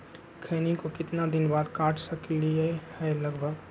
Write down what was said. खैनी को कितना दिन बाद काट सकलिये है लगभग?